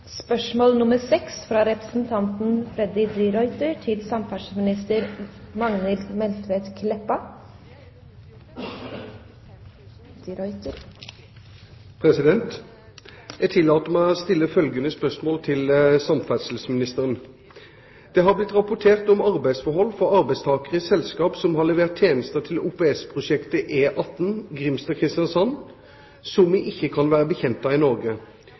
spørsmål til samferdselsministeren: «Det har blitt rapportert om arbeidsforhold for arbeidstakere i selskap som har levert tjenester til OPS-prosjektet E18 Grimstad–Kristiansand, som vi ikke kan være bekjent av i Norge.